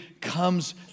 comes